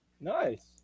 Nice